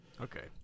Okay